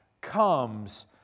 comes